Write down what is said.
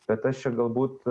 bet aš čia galbūt